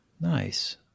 Nice